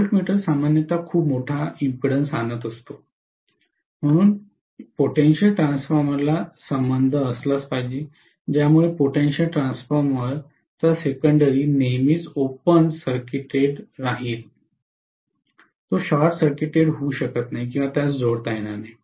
voltmeter सामान्यत खूप मोठा इम्पीडेन्स आणत असतो म्हणूनच पोटेंशियल ट्रान्सफॉर्मर चा संबंध असलाच पाहिजे ज्यामुळे पोटेंशियल ट्रान्सफॉर्मर चा सेकेंडरी नेहमीच ओपन सर्किटेड राहील तो शॉर्ट सर्किटेड होऊ शकत नाही किंवा त्यास जोडता येणार नाही